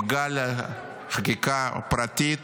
עם גל של חקיקה פרטית